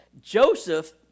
Joseph